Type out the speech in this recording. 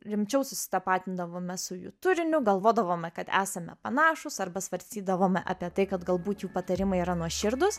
rimčiau susitapatindavome su jų turiniu galvodavome kad esame panašūs arba svarstydavome apie tai kad galbūt jų patarimai yra nuoširdūs